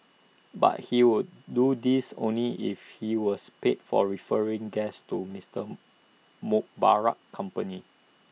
but he would do this only if he was paid for referring guests to Mister Mubarak's company